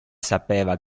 sapeva